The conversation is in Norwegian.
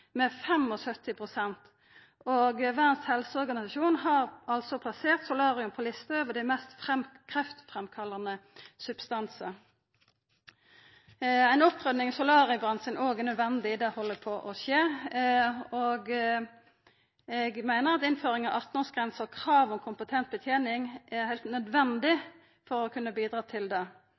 helseorganisasjon har plassert solarium på lista over dei mest kreftframkallande substansane. Ei opprydding i solariebransjen er også nødvendig. Det er no i ferd med å skje. Eg meiner at innføring av 18 års grense og krav om kompetent betening er heilt nødvendig for å kunna bidra til det.